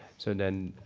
so then